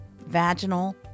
vaginal